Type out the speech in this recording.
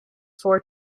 four